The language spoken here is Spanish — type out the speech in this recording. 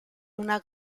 una